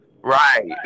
Right